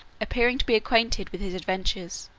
appearing to be acquainted with his adventures.